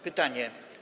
Pytanie.